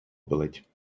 болить